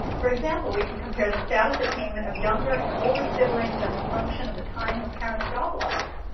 for example, we can compare the status attainment of younger and older siblings as a function of the timing of parents job loss.